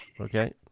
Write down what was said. Okay